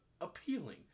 appealing